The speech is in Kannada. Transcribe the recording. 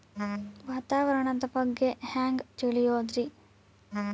ವಾತಾವರಣದ ಬಗ್ಗೆ ಹ್ಯಾಂಗ್ ತಿಳಿಯೋದ್ರಿ?